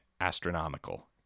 astronomical